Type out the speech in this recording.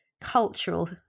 cultural